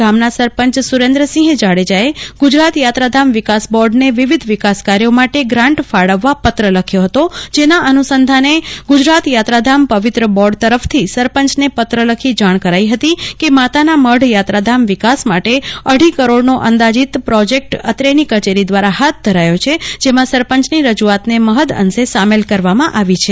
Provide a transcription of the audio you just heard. મઢના સરપંચ સુરેન્દ્રસિંફ જાડેજાએ ગુજરાત થાત્રાધામ વિકાસ બોર્ડને ચાત્રાધામના વિવિધ વિકાસ કાર્યો માટે ગ્રાન્ટ ફાળવવા પત્ર લખ્યો ફતો તેના અનુસંધાને ગુજરાત યાત્રાધામ પવિત્ર બોર્ડ તરફથી સરપંચને પત્ર લખી જાણ કરાઈ ફતી કે માતાના મઢ યાત્રાધામ વિકાસ માટે અઢી કરોડનો અંદાજિતનો પ્રોજેક્ટ અત્રેની કચેરી દ્વારા ફાથ ધરાયો છે જેમાં સરપંચની રજૂઆતને મફદઅંશે સામેલ કરવામાં આવી છે